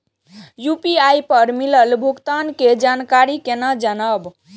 UPI पर मिलल भुगतान के जानकारी केना जानब?